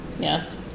yes